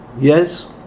Yes